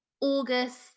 August